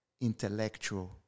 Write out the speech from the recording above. intellectual